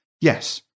yes